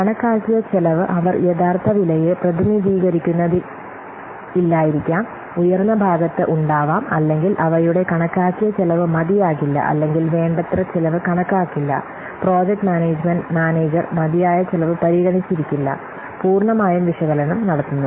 കണക്കാക്കിയ ചെലവ് അവർ യഥാർത്ഥ വിലയെ പ്രതിനിധീകരിക്കുന്നില്ലായിരിക്കാം ഉയർന്ന ഭാഗത്ത് ഉണ്ടാവാം അല്ലെങ്കിൽ അവയുടെ കണക്കാക്കിയ ചെലവ് മതിയാകില്ല അല്ലെങ്കിൽ വേണ്ടത്ര ചെലവ് കണക്കാക്കില്ല പ്രോജക്ട് മാനേജുമെന്റ് മാനേജർ മതിയായ ചെലവ് പരിഗണിച്ചിരിക്കില്ല പൂർണ്ണമായ വിശകലനം നടത്തുന്നു